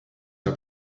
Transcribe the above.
are